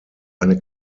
eine